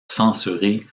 censurée